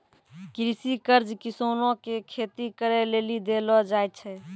कृषि कर्ज किसानो के खेती करे लेली देलो जाय छै